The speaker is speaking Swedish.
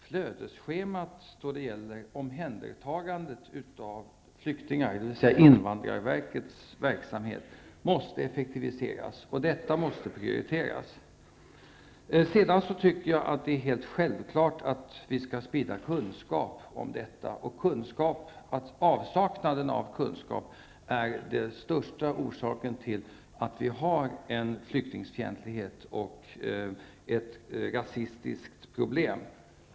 Flödesschemat då det gäller omhändertagandet av flyktingar, dvs. invandrarverkets verksamhet, måste effektiviseras och detta måste prioriteras. Jag tycker också att det är självklart att vi skall sprida kunskap om att avsaknaden av kunskap är den största orsaken till flyktingsfientlighet och rasistiska problem.